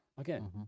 Again